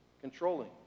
controlling